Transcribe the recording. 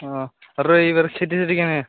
অ' আৰু এইবাৰ খেতি চেতি কেনে